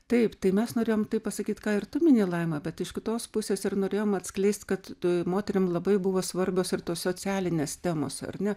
taip tai mes norėjom tai pasakyt ką ir tu mini laima bet iš kitos pusės ir norėjom atskleist kad tu moterim labai buvo svarbios ir tos socialinės temos ar ne